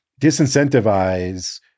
disincentivize